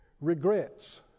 Regrets